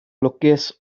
lwcus